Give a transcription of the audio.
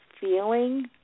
feeling